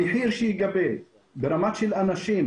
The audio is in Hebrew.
המחיר שייגבה ברמה של אנשים,